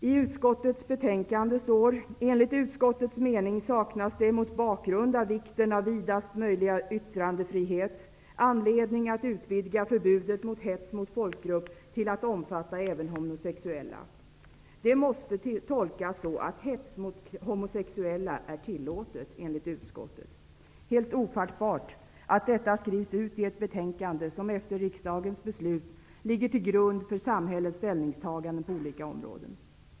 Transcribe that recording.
I utskottets betänkande står: ''Enligt utskottets mening saknas det mot bakgrund av vikten av vidast möjliga yttrandefrihet anledning att utvidga förbudet mot hets mot folkgrupp till att omfatta även homosexuella.'' Det måste tolkas så att hets mot homosexuella är tillåtet enligt utskottet. Det är helt ofattbart att detta skrivs ut i ett betänkande som efter riksdagens beslut ligger till grund för samhällets ställningstagande på olika områden.